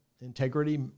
integrity